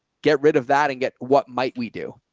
get rid of that and get what might we do